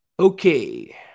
Okay